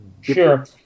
Sure